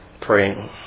praying